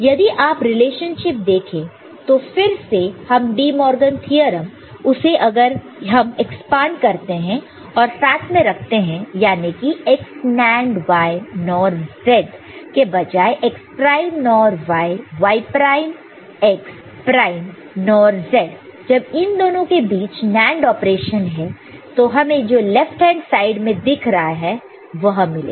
यदि आप रिलेशनशिप देखे तो फिर से हम डिमॉर्गन थ्योरम उसे अगर हम एक्सपांड करते हैं और साथ में रखते हैं जाने की x NAND y NOR z के बजाय x prime NOR y y prime x prime NOR z जब इन दोनों के बीच NAND ऑपरेशन है तो हमें जो लेफ्ट हैंड साइड में दिख रहा है वह मिलेगा